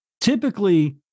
typically